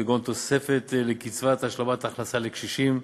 כגון תוספת לקצבת השלמת הכנסה לקשישים,